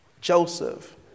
Joseph